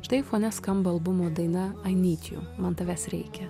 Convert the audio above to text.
štai fone skamba albumo daina ai nyt jū man tavęs reikia